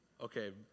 Okay